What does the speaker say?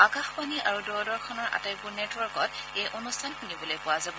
আকাশবাণী আৰু দূৰদৰ্শনৰ আটাইবোৰ নেটৱৰ্কত এই অনুষ্ঠান শুনিবলৈ পোৱা যাব